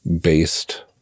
based